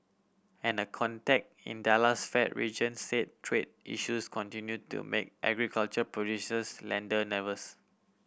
and a contact in Dallas Fed region said trade issues continue to make agriculture producers lender nervous